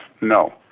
No